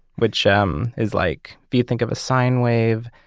which um is like, if you think of a sine wave,